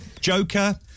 Joker